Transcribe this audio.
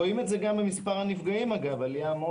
רואים את זה גם במספר הנפגעים עלייה מאוד